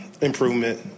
improvement